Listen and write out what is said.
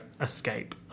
escape